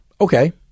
okay